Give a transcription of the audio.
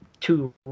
two